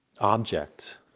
object